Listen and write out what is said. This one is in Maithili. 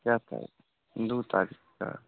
कए तारीख दू तारीखकेँ